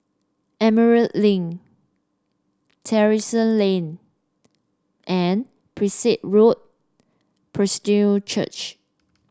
Emerald Link Terrasse Lane and Prinsep Road Presbyterian Church